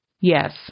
Yes